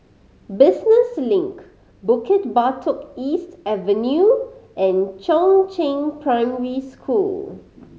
Business Link Bukit Batok East Avenue and Chongzheng Primary School